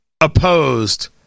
opposed